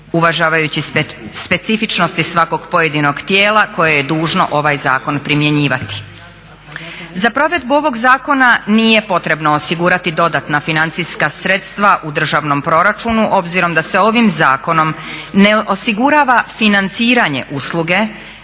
uvažavajući specifičnosti svakog pojedinog tijela koje je dužno ovaj zakon primjenjivati. Za provedbu ovog zakona nije potrebno osigurati dodatna financijska sredstva u državnom proračunu obzirom da se ovim zakonom ne osigurava financiranje usluge